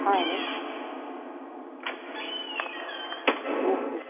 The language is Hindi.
हाँ हेलो नमस्ते